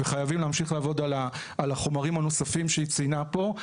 וחייבים להמשיך לעבוד על החומרים הנוספים שהיא ציינה פה,